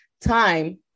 time